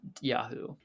Yahoo